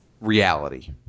reality